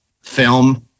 film